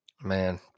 Man